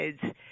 kids